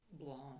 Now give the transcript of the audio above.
blonde